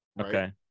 okay